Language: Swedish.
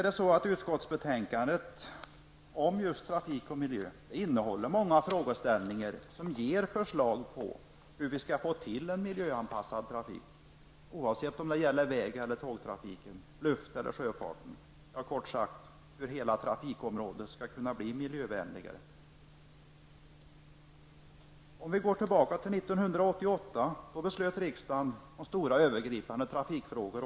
Detta betänkande om trafik och miljö innehåller många förslag om hur vi skall kunna åstadkomma en miljöanpassad trafik, oavsett om det gäller landsvägs eller järnvägstrafik, luft eller sjöfart -- ja, kort sagt hur hela trafikområdet skall kunna bli miljövänligare. År 1988 fattade riksdagen beslut i stora övergripande trafikfrågor.